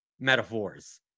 metaphors